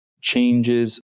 changes